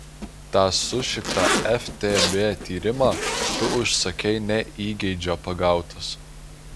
tą sušiktą ftb tyrimą tu užsakei ne įgeidžio pagautas